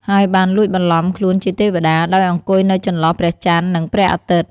ហើយបានលួចបន្លំខ្លួនជាទេវតា ដោយអង្គុយនៅចន្លោះព្រះចន្ទ និងព្រះអាទិត្យ។